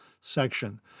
section